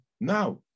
now